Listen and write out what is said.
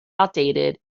outdated